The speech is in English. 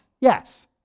Yes